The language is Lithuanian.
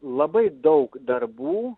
labai daug darbų